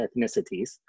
ethnicities